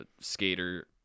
skater